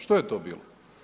Što je to bilo?